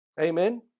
Amen